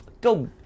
go